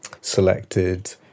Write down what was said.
selected